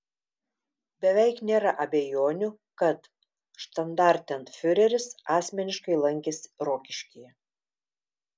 beveik nėra abejonių kad štandartenfiureris asmeniškai lankėsi rokiškyje